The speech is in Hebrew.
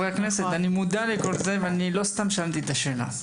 אני מודע לכל זה ולא סתם שאלתי את השאלה.